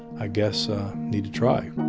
i guess i need to try